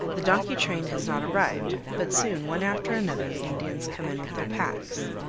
the donkey train has not arrived, but soon one after another the indians come in with their packs,